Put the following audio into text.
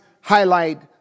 highlight